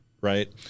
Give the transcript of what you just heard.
right